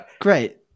Great